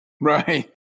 Right